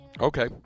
Okay